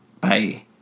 Bye